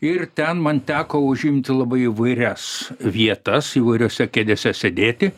ir ten man teko užimti labai įvairias vietas įvairiose kėdėse sėdėti